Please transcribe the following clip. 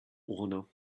honor